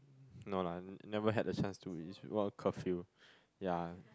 no lah never had a chance to it's because curfew ya